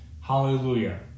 Hallelujah